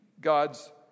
God's